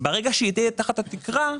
ברגע שהיא תהיה תחת התקרה,